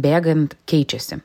bėgant keičiasi